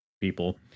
people